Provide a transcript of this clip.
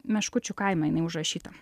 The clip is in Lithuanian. meškučių kaime jinai užrašyta